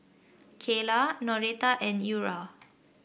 Kaela Noretta and Eura